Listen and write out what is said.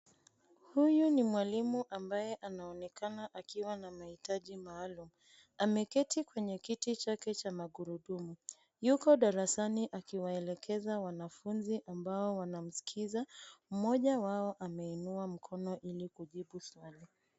Huyu ni mwalimu ambaye anaonekana akiwa na mahitaji maalum. Ameketi kwenye kiti chake cha magurudumu. Yuko darasani akiwaelekeza wanafunzi ambao wanamsikiza. Mmoja wao ameinua mkono ili kujibu suwali.